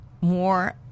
more